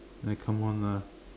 like come on lah